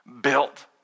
built